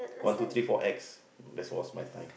one two three four X that's was my time